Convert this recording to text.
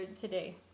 today